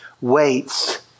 waits